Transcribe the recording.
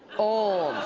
oh,